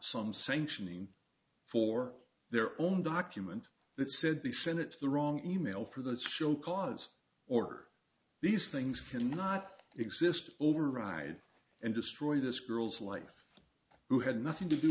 some sanctioning for their own document that said the senate the wrong email for those show cause order these things cannot exist override and destroy this girl's life who had nothing to do